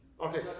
Okay